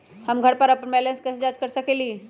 हम घर पर अपन बैलेंस कैसे जाँच कर सकेली?